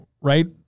right